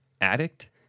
Addict